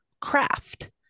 craft